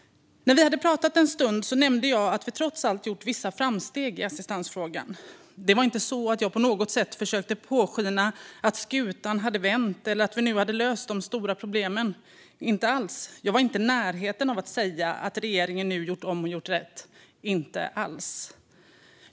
När vi hade pratat en stund nämnde jag att vi trots allt har gjort vissa framsteg i assistansfrågan. Det var inte så att jag på något sätt försökte påskina att skutan hade vänt eller att vi nu har löst de stora problemen. Jag var inte i närheten av att säga att regeringen nu har gjort om och gjort rätt - inte alls.